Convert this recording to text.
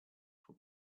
for